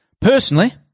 Personally